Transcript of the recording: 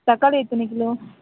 தக்காளி எத்தனை கிலோ